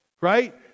right